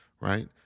right